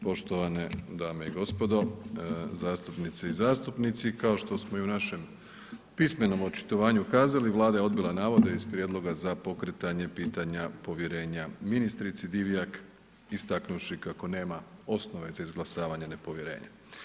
Poštovane dame i gospodo, zastupnice i zastupnici, kao što smo i u našem pismenom očitovanju kazali, Vlada je odbila navode iz prijedloga za pokretanje pitanje povjerenja ministrici Divjak istaknuvši kako nema osnove za izglasavanje nepovjerenja.